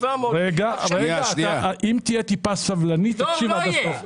1.7 מיליון --- תהיה טיפה סבלני, תקשיב עד הסוף.